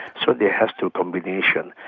so they has to combination.